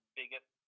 biggest